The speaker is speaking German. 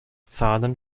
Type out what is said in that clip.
zahlen